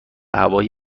هوای